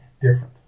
different